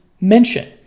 mention